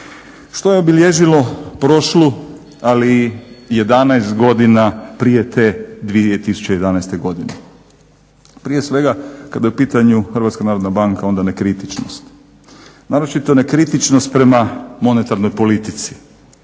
Što je obilježilo prošlu ali i 11 godina prije te 2011. godine? Prije svega kada je u pitanju HNB onda nekritičnost. Naročito nekritičnost prema monetarnoj politici,